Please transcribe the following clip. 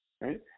right